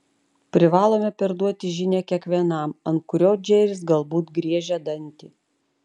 privalome perduoti žinią kiekvienam ant kurio džeris galbūt griežia dantį